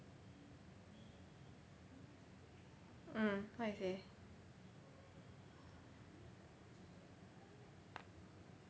mm what you say